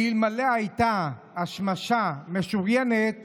אלמלא הייתה השמשה משוריינת